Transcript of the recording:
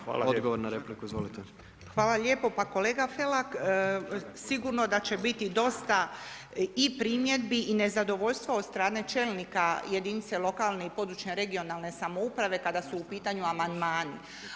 Hvala lijepo, pa kolega Felak, sigurno da će biti dosta i primjedbi i nezadovoljstva od strane čelnika jedinica lokalne i područne (regionalne) samouprave kada su u pitanju amandmani.